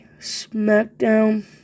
Smackdown